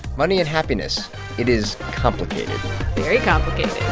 money and happiness it is complicated very complicated